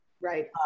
right